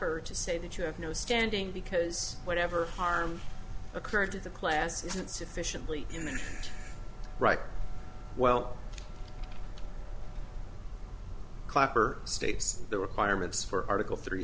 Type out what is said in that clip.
per to say that you have no standing because whatever harm occurred to the class isn't sufficiently in the right well clapper states the requirements for article three